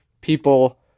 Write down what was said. people